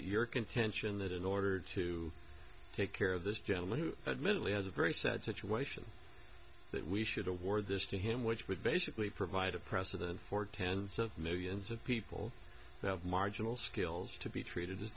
it your contention that in order to take care of this gentleman who admittedly has a very sad situation that we should award this to him which would basically provide a precedent for tens of millions of people who have marginal skills to be treated